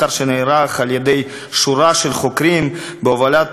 מחקר שנערך על-ידי שורה של חוקרים בהובלת